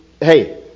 hey